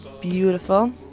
beautiful